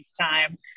time